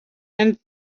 and